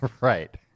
Right